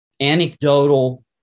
Anecdotal